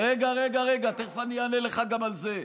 למה אתה לא, רגע, רגע, תכף אני אענה לך גם על זה.